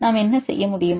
நாம் என்ன செய்ய முடியும்